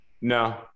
No